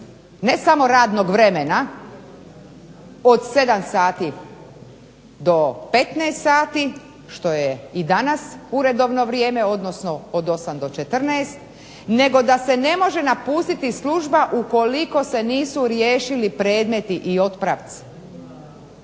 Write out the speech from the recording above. ne samo radnog vremena od 7 sati do 15 sati što je i danas uredovno vrijeme, odnosno od 8 do 16 nego da se ne može napustiti služba ukoliko se nisu riješili predmeti i otpravci.